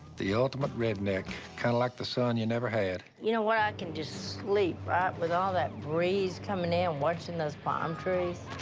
the ultimate redneck. kinda like the son you never had. you know what? i can just sleep right with all that breeze coming in and watching those palm trees.